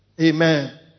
Amen